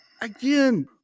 again